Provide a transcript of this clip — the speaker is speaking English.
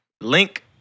Link